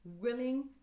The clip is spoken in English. willing